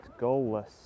goalless